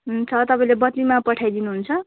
हुन्छ तपाईँले बदलीमा पठाइदिनुहुन्छ